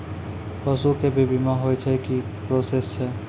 पसु के भी बीमा होय छै, की प्रोसेस छै?